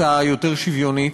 יש לך דקה וחצי ותסיים אתן.